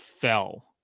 fell